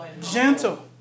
Gentle